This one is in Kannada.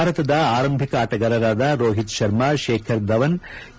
ಭಾರತದ ಆರಂಭಿಕ ಆಟಗಾರರಾದ ರೋಹಿತ್ ಶರ್ಮಾ ಶೇಖರ್ ಧವನ್ ಕೆ